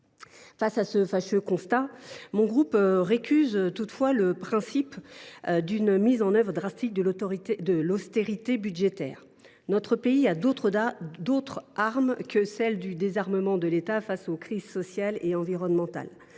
Face à ce fâcheux constat, mon groupe récuse toutefois le principe d’une mise en œuvre drastique de l’austérité budgétaire. Notre pays a d’autres armes que celle du désarmement de l’État pour faire face aux crises sociales et environnementales.